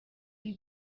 you